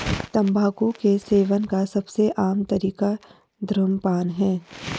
तम्बाकू के सेवन का सबसे आम तरीका धूम्रपान है